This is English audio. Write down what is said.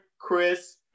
Chris